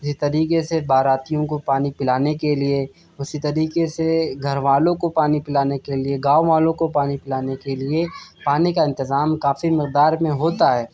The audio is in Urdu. اسی طریقے سے باراتیوں کو پانی پلانے کے لیے اسی طریقے سے گھر والوں كو پانی پلانے كے لیے گاؤں والوں كو پانی پلانے كے لیے پانی کا انتظام کافی مقدار میں ہوتا ہے